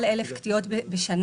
יש יותר מ-1,000 קטיעות בשנה.